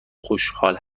خوشحال